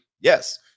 Yes